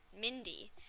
Mindy